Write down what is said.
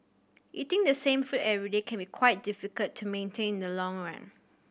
eating the same food every day can be quite difficult to maintain in the long run